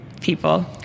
people